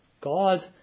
God